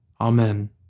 Amen